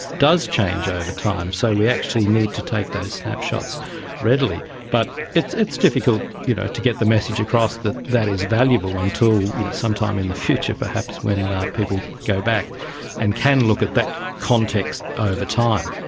does change over time. so we actually need to take those snapshots readily. but it is difficult you know to get the message across that that is valuable until some time in the future perhaps when people go back and can look at that context over time.